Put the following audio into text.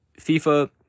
FIFA